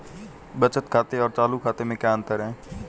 बचत खाते और चालू खाते में क्या अंतर है?